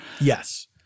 Yes